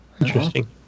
Interesting